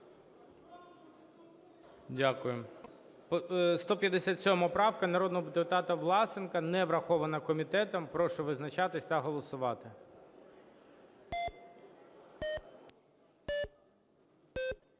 Дякую. 157 правка народного депутата Власенка не врахована комітетом. Прошу визначатись та голосувати.